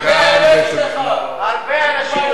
הרבה אנשים.